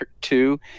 two